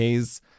Ks